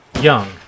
young